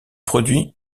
produit